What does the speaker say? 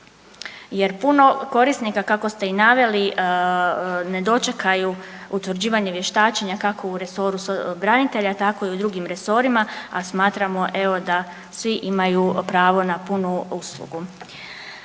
jer puno korisnika kako ste i naveli ne dočekaju utvrđivanje vještačenja kako u resoru branitelja, tako i u drugim resorima a smatramo evo da svi imaju pravo na punu uslugu.